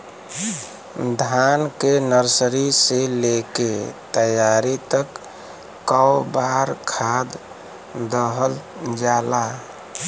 धान के नर्सरी से लेके तैयारी तक कौ बार खाद दहल जाला?